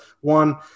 one –